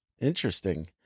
interesting